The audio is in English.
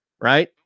right